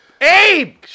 Abe